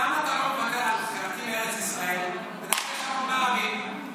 למה אתה לא מוותר על חלקים מארץ ישראל ותעשה שלום עם הערבים?